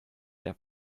der